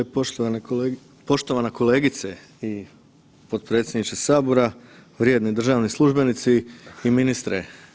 Poštovana kolegice i potpredsjedniče Sabora, vrijedni državni službenici i ministre.